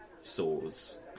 sores